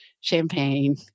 champagne